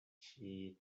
she